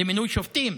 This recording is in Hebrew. מינוי שופטים,